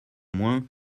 moins